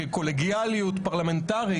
כקולגיאליות פרלמנטרית.